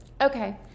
okay